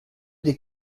des